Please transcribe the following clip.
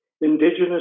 indigenous